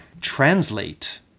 translate